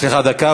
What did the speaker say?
יש לך דקה.